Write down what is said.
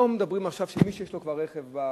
אנחנו לא מדברים עכשיו על מי שכבר יש לו רכב בארץ,